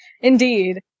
indeed